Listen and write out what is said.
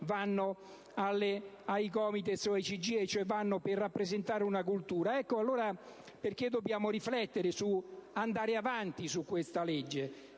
vanno ai COMITES o al CGIE, che servono per rappresentare una cultura. Ecco allora perché dobbiamo riflettere su come andare avanti con questa legge,